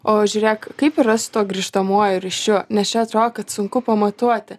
o žiūrėk kaip rasto grįžtamuoju ryšiu nes čia atrodo kad sunku pamatuoti